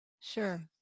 Sure